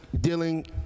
dealing